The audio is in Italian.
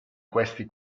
questi